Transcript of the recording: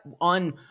On